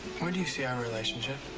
where do you see our relationship?